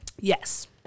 yes